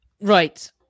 Right